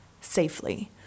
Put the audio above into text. safely